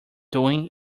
doing